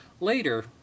Later